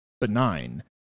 benign